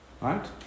Right